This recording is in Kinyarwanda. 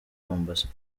mombasa